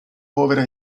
povera